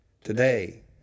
Today